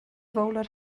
fowler